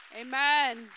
Amen